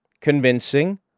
convincing